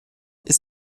ist